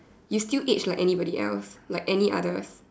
you still age like anybody else like any others